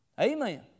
Amen